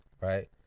Right